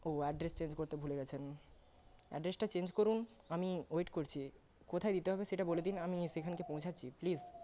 ও address change করতে ভুলে গিয়েছেন আ্যড্রেসটা চেঞ্জ করুন আমি ওয়েট করছি কোথায় দিতে হবে সেটা বলে দিন আমি সেখানে গিয়ে পৌঁছাচ্ছি প্লিজ